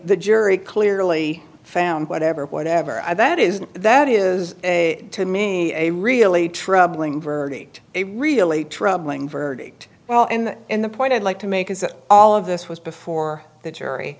the jury clearly found whatever whatever that is that is a to me a really troubling verdict a really troubling verdict well and in the point i'd like to make is that all of this was before the jury